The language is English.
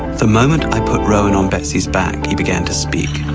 the moment i put rowan on betsy's back he began to speak.